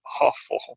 awful